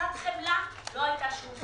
לקצת חמלה, לא הייתה שום חמלה.